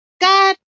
God